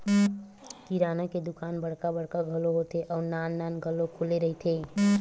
किराना के दुकान बड़का बड़का घलो होथे अउ नान नान घलो खुले रहिथे